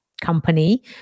company